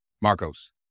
Marcos